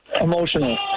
Emotional